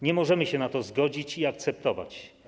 Nie możemy się na to zgodzić i tego akceptować.